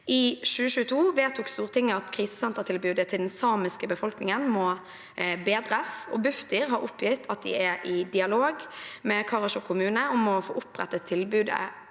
I 2022 vedtok Stortinget at krisesentertilbudet til den samiske befolkningen måtte bedres, og Bufdir har oppgitt at de er i dialog med Karasjok kommune om å få opprette tilbudet